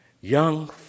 young